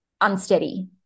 unsteady